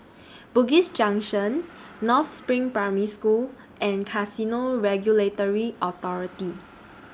Bugis Junction North SPRING Primary School and Casino Regulatory Authority